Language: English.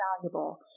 valuable